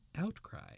Outcry